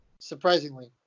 Surprisingly